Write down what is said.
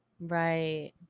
Right